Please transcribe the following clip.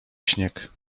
śnieg